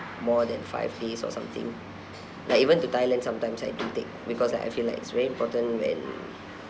more than five days or something like even to thailand sometimes I do take because I feel like it's very important when